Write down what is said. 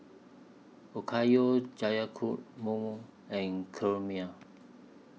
Okayu Guacamole and Kheemia